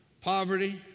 poverty